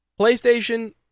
PlayStation